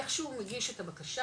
איך שהוא מגיש את הבקשה,